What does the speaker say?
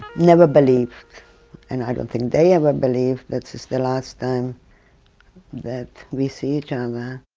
never believed and i don't think they ever believed, that this is the last time that we see each um ah